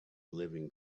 living